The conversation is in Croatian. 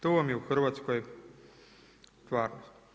To vam je u Hrvatskoj stvarnost.